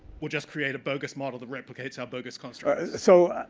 will just create a bogus model that replicates bogus construct so